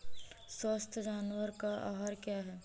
स्वस्थ जानवर का आहार क्या है?